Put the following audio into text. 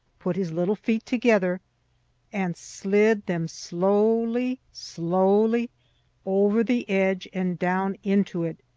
put his little feet together and slid them slowly, slowly over the edge and down into it,